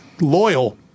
loyal